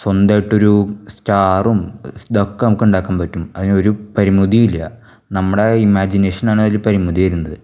സ്വന്തമായിട്ടൊരു സ്റ്റാറും ഇതൊക്കെ നമുക്കുണ്ടാക്കാൻ പറ്റും അതിന് ഒരു പരിമിതിയില്ല നമ്മുടെ ഇമാജിനേഷനാണ് അതില് പരിമിതി വരുന്നത്